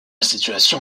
situation